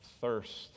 thirst